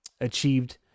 achieved